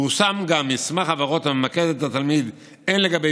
פורסם מסמך הבהרות הממקד את התלמיד הן לגבי